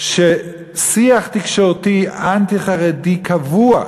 יש שיח תקשורתי אנטי-חרדי קבוע,